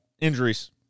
Injuries